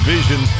Vision